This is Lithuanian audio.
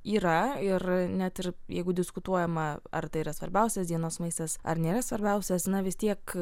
yra ir net ir jeigu diskutuojama ar tai yra svarbiausias dienos maistas ar nėra svarbiausias na vis tiek